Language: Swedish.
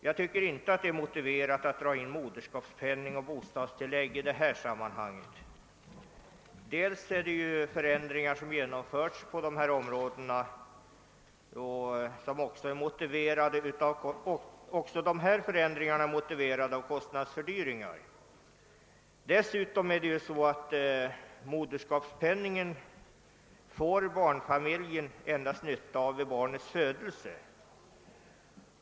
Jag tycker inte att det är motiverat att dra in moderskapspenning och bostadstillägg i detta sammanhang. De förändringar som genomförts på dessa områden är ju också motiverade av kostnadsfördyringar. Dessutom får barnfamiljen nytta av moderskapspenningen endast vid barnets födelse.